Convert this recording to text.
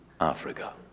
Africa